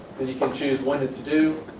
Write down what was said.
and you can choose when it's due,